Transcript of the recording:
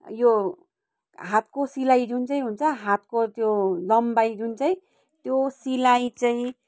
यो हातको सिलाइ जुन चाहिँ हुन्छ हात त्यो लम्बाइ जुन चाहिँ त्यो सिलाइ चाहिँ